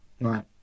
Right